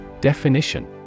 Definition